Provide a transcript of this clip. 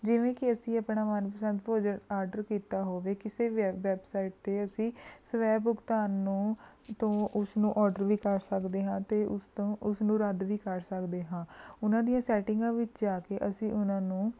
ਜਿਵੇਂ ਕੀ ਅਸੀਂ ਆਪਣਾ ਮਨਪਸੰਦ ਭੋਜਨ ਆਰਡਰ ਕੀਤਾ ਹੋਵੇ ਕਿਸੇ ਵੈਬ ਵੈੱਬਸਈਟਸ 'ਤੇ ਅਸੀਂ ਸਵੈ ਭੁਗਤਾਨ ਨੂੰ ਤੋਂ ਉਸ ਨੂੰ ਔਡਰ ਵੀ ਕਰ ਸਕਦੇ ਹਾਂ ਅਤੇ ਉਸ ਤੋਂ ਉਸ ਨੂੰ ਰੱਦ ਵੀ ਕਰ ਸਕਦੇ ਹਾਂ ਉਨ੍ਹਾਂ ਦੀਆਂ ਸੈਟਿੰਗਾਂ ਵਿੱਚ ਜਾ ਕੇ ਅਸੀਂ ਉਹਨਾਂ ਨੂੰ